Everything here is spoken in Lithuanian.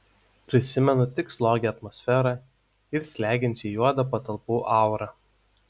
prisimenu tik slogią atmosferą ir slegiančiai juodą patalpų aurą